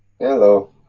hello?